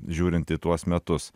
žiūrint į tuos metus